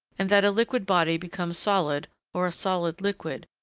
and that a liquid body becomes solid, or a solid liquid,